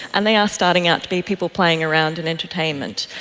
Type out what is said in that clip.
and they are starting out to be people playing around in entertainment.